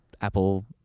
Apple